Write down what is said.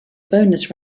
bonus